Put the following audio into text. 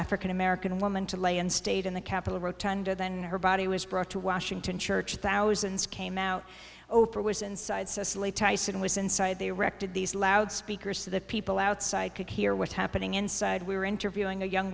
african american woman to lay in in the capitol rotunda then her body was brought to washington church thousands came out oprah was inside cicely tyson was inside they erected these loud speakers so the people outside could hear what's happening inside we were interviewing a young